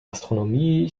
astronomie